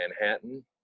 manhattan